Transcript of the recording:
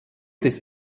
des